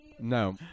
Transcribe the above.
No